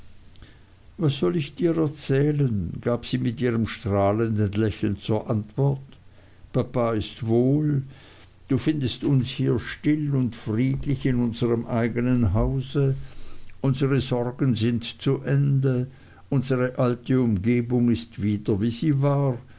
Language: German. was soll ich dir erzählen gab sie mit ihrem strahlenden lächeln zur antwort papa ist wohl du findest uns hier still und friedlich in unserm eignen hause unsere sorgen sind zu ende unsere alte umgebung ist wieder wie sie war